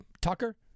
Tucker